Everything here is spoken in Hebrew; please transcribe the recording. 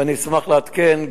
ואני אשמח לעדכן,